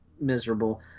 miserable